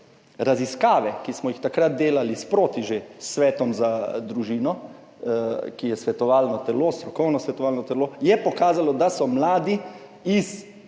raziskave, ki smo jih takrat delali, že sproti, s svetom za družino, ki je svetovalno telo, strokovno svetovalno telo, so pokazale, da so mladi iz